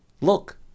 Look